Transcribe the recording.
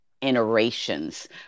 iterations